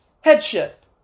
headship